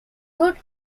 good